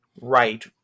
right